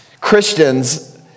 Christians